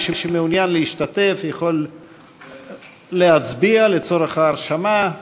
מי שמעוניין להשתתף יכול להצביע לצורך ההרשמה.